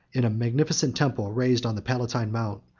in a magnificent temple raised on the palatine mount,